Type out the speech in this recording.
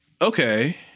okay